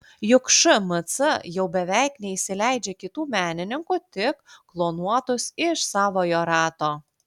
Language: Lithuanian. juk šmc jau beveik neįsileidžia kitų menininkų tik klonuotus iš savojo rato